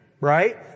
Right